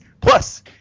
Plus